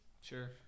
Sure